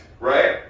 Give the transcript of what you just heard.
right